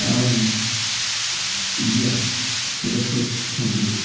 um yes, for the first time.